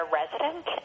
resident